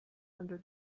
under